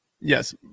Yes